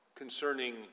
Concerning